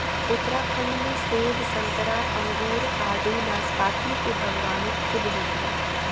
उत्तराखंड में सेब संतरा अंगूर आडू नाशपाती के बागवानी खूब होत बा